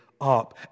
up